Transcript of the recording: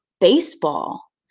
baseball